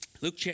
Luke